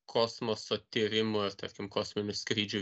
kosmoso tyrimų ir tarkim kosminių skrydžių